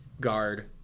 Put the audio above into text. guard